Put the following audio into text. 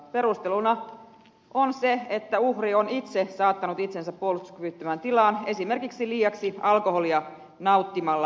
perusteluna on se että uhri on itse saattanut itsensä puolustuskyvyttömään tilaan esimerkiksi liiaksi alkoholia nauttimalla